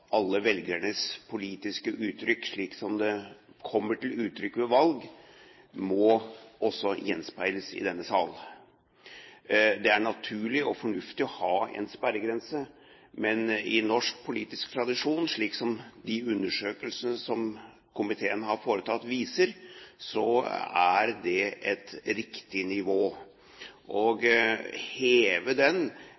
alle velgernes politiske holdning, slik som det kommer til uttrykk ved valg, også må gjenspeiles i denne sal. Det er naturlig og fornuftig å ha en sperregrense, men i norsk politisk tradisjon er det, slik som de undersøkelsene som komiteen har foretatt, viser, et riktig nivå. Å heve den vil bare presse det som kalles for – og